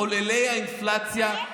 מחוללי האינפלציה,